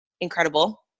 incredible